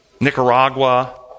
Nicaragua